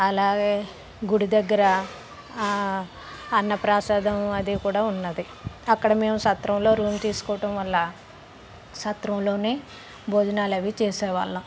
అలాగే గుడి దగ్గర అన్నప్రసాదం అది కూడా ఉన్నది అక్కడ మేము సత్రంలో రూమ్ తీసుకోవటం వల్ల సత్రంలో భోజనాలు అవి చేసే వాళ్ళం